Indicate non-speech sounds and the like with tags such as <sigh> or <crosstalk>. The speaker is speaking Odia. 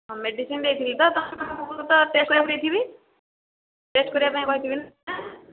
ହଁ ମେଡ଼ିସିନ୍ ଦେଇଥିଲି ତ <unintelligible> ପୂର୍ବରୁ ତ ଟେଷ୍ଟ୍ କରିବା ପାଇଁ କହିଥିବି ଟେଷ୍ଟ୍ କରିବା ପାଇଁ କହିଥିବି ନା